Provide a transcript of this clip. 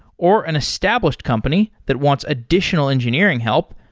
or an established company that wants additional engineering help,